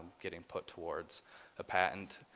getting put towards a patent.